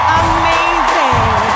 amazing